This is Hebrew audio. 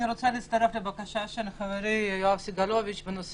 אני רוצה להצטרף לבקשת חברי יואב סגלוביץ' בנושא